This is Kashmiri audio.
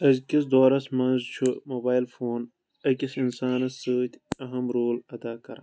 أزکِس دورس منٛز چھُ موبایل فون أکِس اِنسانس سۭتۍ اہم رول ادا کران